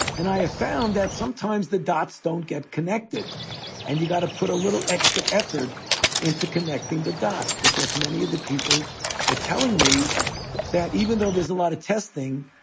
and i have ah found that sometimes the dots don't get connected and you've got to put a little extra effort into connecting the dots, because many of the people were telling me that even though there's a lot of testing,